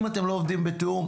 אם אתם לא עובדים בתיאום,